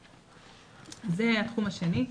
זה התחום השני.